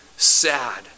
Sad